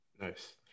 Nice